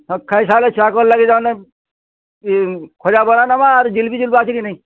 ହଁ ଖାଇସାଇଲେ ଛୁଆଙ୍କର୍ ଲାଗି ତାମାନେ ଇ ଖଜା ବରା ନେମା ଆଉ ଜିଲ୍ପି ଜୁଲ୍ପା ଅଛେ କି ନେଇଁ